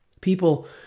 People